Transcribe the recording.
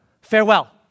Farewell